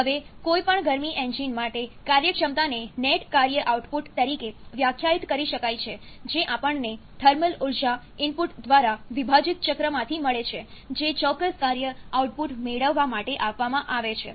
હવે કોઈપણ ગરમી એન્જીન માટે કાર્યક્ષમતાને નેટકાર્ય આઉટપુટ તરીકે વ્યાખ્યાયિત કરી શકાય છે જે આપણને થર્મલ ઉર્જા ઇનપુટ દ્વારા વિભાજિત ચક્રમાંથી મળે છે જે ચોક્કસ કાર્ય આઉટપુટ મેળવવા માટે આપવામાં આવે છે